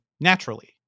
naturally